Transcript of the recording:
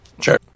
Sure